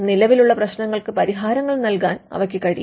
നിലവിലുള്ള പ്രശ്നങ്ങൾക്ക് പരിഹാരങ്ങൾ നൽകാൻ അവയ്ക്ക് കഴിയും